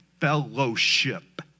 fellowship